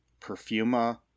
Perfuma